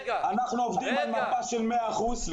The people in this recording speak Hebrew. אנחנו עובדים על מפה של 100 אחוזים.